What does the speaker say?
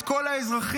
את כל האזרחים.